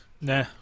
Nah